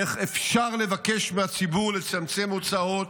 איך אפשר לבקש מהציבור לצמצם הוצאות,